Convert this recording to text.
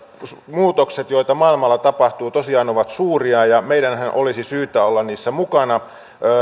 muutokset joita maailmalla tapahtuu tosiaan ovat suuria ja meidänhän olisi syytä olla niissä mukana